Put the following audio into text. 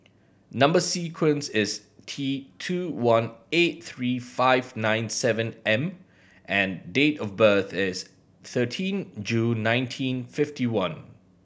number sequence is T two one eight three five nine seven M and date of birth is thirteen June nineteen fifty one